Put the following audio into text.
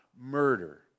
murder